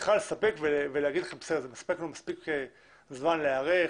צריכה לספק ולהגיד לכם שזה מספק ויש מספיק זמן להיערך,